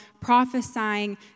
prophesying